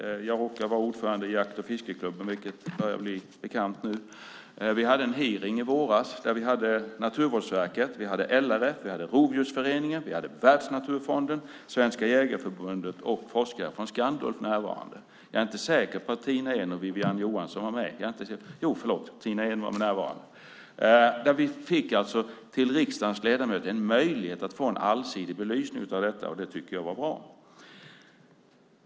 Jag råkar vara ordförande i jakt och fiskeklubben, vilket börjar bli bekant nu. Vi hade en hearing i våras med Naturvårdsverket, LRF, Rovdjursföreningen, Världsnaturfonden, Svenska Jägareförbundet och forskare från Skandulv närvarande. Jag är inte säker på att Tina Ehn och Wiwi-Anne Johansson var med. Jo, förlåt, Tina Ehn var närvarande. Riksdagens ledamöter fick en möjlighet att få en allsidig belysning av detta. Det tycker jag var bra.